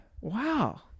wow